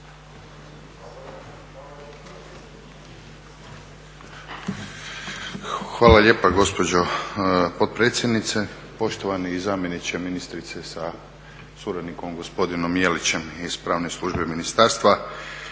Hvala lijepa gospođo potpredsjednice. Poštovani zamjeniče ministrice sa suradnikom gospodinom Jelić iz Pravne službe Ministarstva.